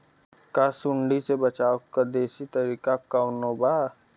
का सूंडी से बचाव क देशी तरीका कवनो बा?